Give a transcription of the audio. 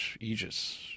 aegis